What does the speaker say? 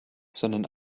sondern